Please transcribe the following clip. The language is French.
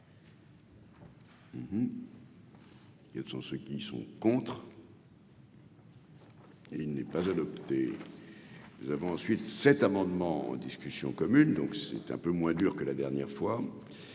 Quels sont ceux qui sont contre. Et il n'est pas adopté, nous avons ensuite cet amendement en discussion commune, donc c'est un peu moins dur que la dernière fois